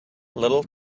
little